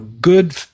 good